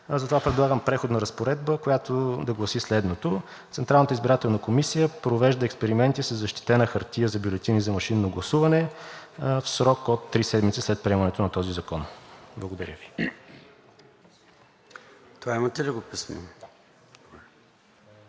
Затова предлагам преходна разпоредба, която да гласи следното: „Централната избирателна комисия провежда експерименти със защитена хартия за бюлетини за машинно гласуване в срок от 3 седмици след приемането на този закон.“ Благодаря Ви. ПРЕДСЕДАТЕЛ ЙОРДАН